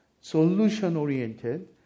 solution-oriented